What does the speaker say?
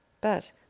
But